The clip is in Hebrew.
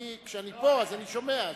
כשאני פה אז אני שומע,